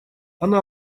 она